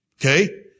Okay